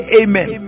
amen